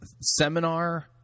seminar